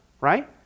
right